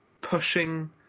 pushing